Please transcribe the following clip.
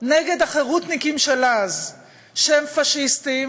נגד החרותניקים של אז שהם פאשיסטים,